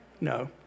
No